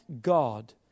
God